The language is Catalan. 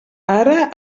ara